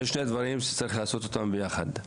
מדובר בשני מהלכים שצריך לעשות אותם ביחד.